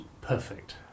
perfect